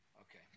Okay